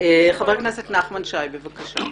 חבר הכנסת נחמן שי, בבקשה.